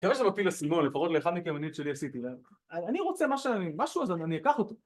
אני מקווה שאני מפיל אסימון, לפחות לאחד מכם.. אני את שלי עשיתי. להם. אני רוצה מש.. משהו, אז אני אקח אותו.